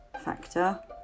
factor